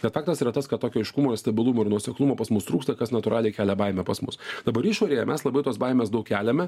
bet faktas yra tas kad tokio aiškumo stabilumo ir nuoseklumo pas mus trūksta kas natūraliai kelia baimę pas mus dabar išorėje mes labai tos baimės daug keliame